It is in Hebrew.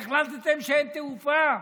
החלטתם שאין תעופה.